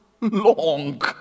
long